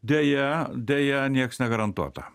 deja deja nieks negarantuota